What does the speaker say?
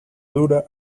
dura